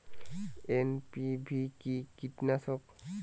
NPV কি কীটনাশক?